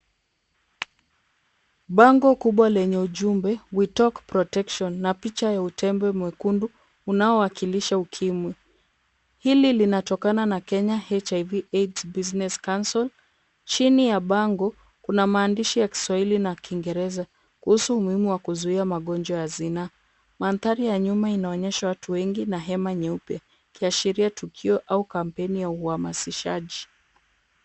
Bango kubwa lenye ujumbe "We talk protection" na picha na picha ya utembe mwekundu unaowakilisha ukimwi hili linatokana na Kenya Hiv/Aids business council , chini ya bango kuna maandishi ya kiswahili na kiingereza kuhusu umuhimu wa kuzuia magonjwa ya zinaa, mahadhari ya nyuma inaonyesha watu wengi na hema nyeupe kiashiria tukio au kampeni ya uamashishaji.